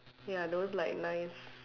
ya those like nice